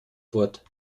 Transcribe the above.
fort